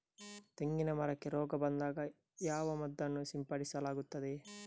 ತೆಂಗಿನ ಮರಕ್ಕೆ ರೋಗ ಬಂದಾಗ ಯಾವ ಮದ್ದನ್ನು ಸಿಂಪಡಿಸಲಾಗುತ್ತದೆ?